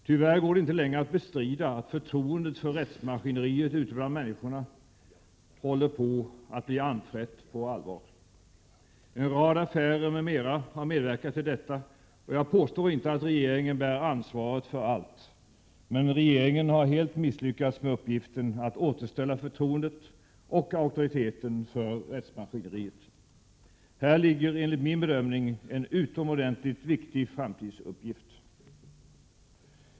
Tyvärr går det inte längre att bestrida att förtroendet för rättsmaskineriet ute bland människorna håller på att bli anfrätt på allvar. En rad affärer m.m. har medverkat till detta, och jag påstår inte att regeringen bär ansvaret för allt. Men regeringen har helt misslyckats med uppgiften att återställa förtroendet och auktoriteten för rättsmaskineriet. Här ligger enligt min bedömning en utomordentligt viktig framtidsuppgift.